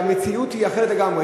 שהמציאות היא אחרת לגמרי.